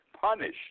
punished